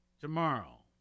Tomorrow